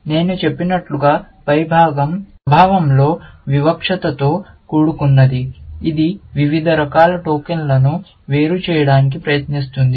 నేను చెప్పినట్లుగా పై భాగం స్వభావం లో వివక్షతతో కూడుకున్నది ఇది వివిధ రకాల టోకెన్లను వేరు చేయడానికి ప్రయత్నిస్తుంది